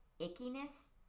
ickiness